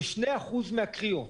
זה שני אחוז מהקריאות.